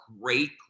great